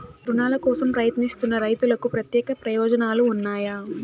రుణాల కోసం ప్రయత్నిస్తున్న రైతులకు ప్రత్యేక ప్రయోజనాలు ఉన్నాయా?